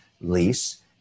lease